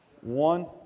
one